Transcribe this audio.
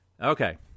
Okay